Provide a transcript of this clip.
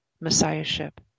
Messiahship